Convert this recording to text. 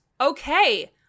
Okay